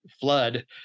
flood